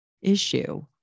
issue